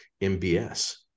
MBS